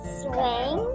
swing